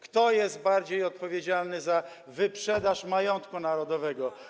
Kto jest bardziej odpowiedzialny za wyprzedaż majątku narodowego?